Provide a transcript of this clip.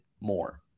more